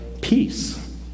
peace